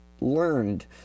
learned